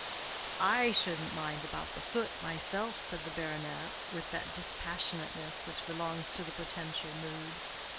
i shouldn't mind about the soot myself, said the baronet, with that dispassionateness which belongs to the potential mood.